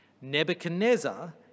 Nebuchadnezzar